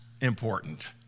important